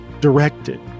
Directed